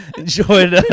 enjoyed